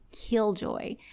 killjoy